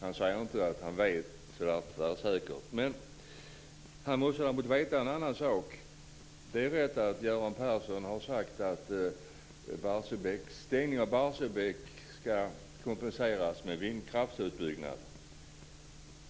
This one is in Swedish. Han säger, för att vara säker, inte att han vet det. Han måste däremot veta att Göran Persson har sagt att stängningen av Barsebäck ska kompenseras med vindkraftsutbyggnad.